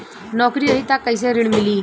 नौकरी रही त कैसे ऋण मिली?